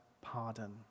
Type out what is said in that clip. pardon